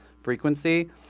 frequency